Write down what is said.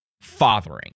fathering